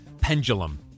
pendulum